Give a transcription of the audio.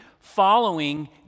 Following